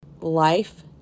Life